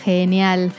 Genial